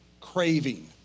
craving